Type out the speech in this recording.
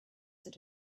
that